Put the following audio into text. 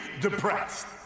depressed